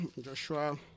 Joshua